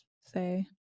say